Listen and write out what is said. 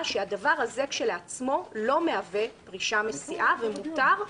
שהדבר הזה כשלעצמו לא מהווה פרישה מסיעה ומותר,